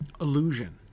illusion